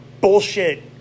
bullshit